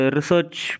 Research